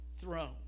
throne